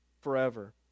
forever